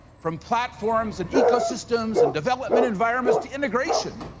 from platforms, and ecosystems, and development environments to integration.